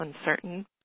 uncertain